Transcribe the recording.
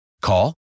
Call